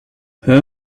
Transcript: her